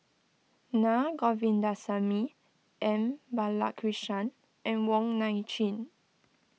Naa Govindasamy M Balakrishnan and Wong Nai Chin